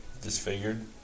Disfigured